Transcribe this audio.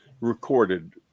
recorded